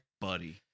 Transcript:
buddy